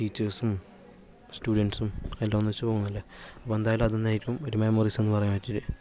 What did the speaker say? ടീച്ചേഴ്സും സ്റ്റുഡൻസും എല്ലാം ഒന്നിച്ച് പോകുന്നത് അല്ലേ അപ്പോൾ എന്തായാലും അത് തന്നെയായിരിക്കും ഒര് മെമ്മറീസെന്ന് പറയാനായിട്ട്